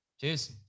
Cheers